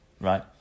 Right